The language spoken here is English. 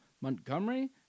Montgomery